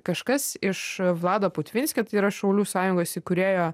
kažkas iš vlado putvinskio tai yra šaulių sąjungos įkūrėjo